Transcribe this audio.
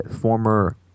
former